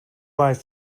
lies